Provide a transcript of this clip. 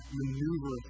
maneuver